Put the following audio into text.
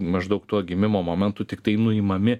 maždaug tuo gimimo momentu tiktai nuimami